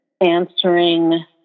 answering